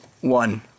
one